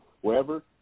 wherever